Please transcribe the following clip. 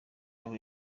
babo